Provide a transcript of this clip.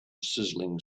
sizzling